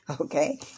okay